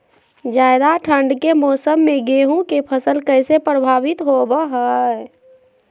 ज्यादा ठंड के मौसम में गेहूं के फसल कैसे प्रभावित होबो हय?